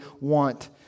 want